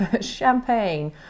champagne